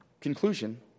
conclusion